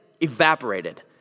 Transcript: evaporated